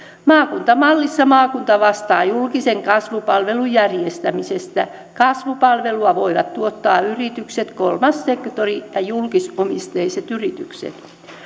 maakuntamallissa maakunta vastaa julkisen kasvupalvelun järjestämisestä kasvupalvelua voivat tuottaa yritykset kolmas sektori ja julkisomisteiset yritykset